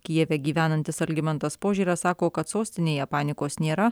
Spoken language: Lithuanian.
kijeve gyvenantis algimantas požėra sako kad sostinėje panikos nėra